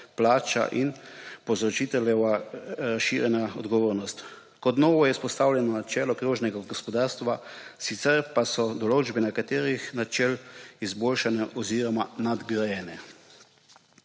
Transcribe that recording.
plača in povzročiteljeva razširjena odgovornost. Kot novo je vzpostavljeno načelo krožnega gospodarstva, sicer pa so določbe nekaterih načel izboljšanja oziroma nadgrajene.